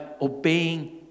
obeying